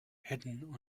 hidden